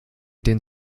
den